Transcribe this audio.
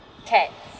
cats